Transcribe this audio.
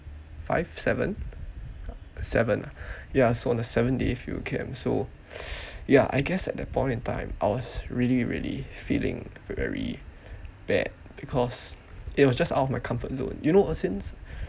five seven seven uh ya so on the seven day field camp ya I guess at that point of time I was really really feeling very bad because it was just out of my comfort zone you know since